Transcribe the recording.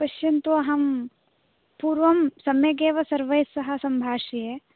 पश्यन्तु अहं पूर्वं सम्यकेव सर्वैः सह सम्भाष्ये